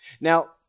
Now